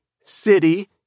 city